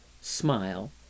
smile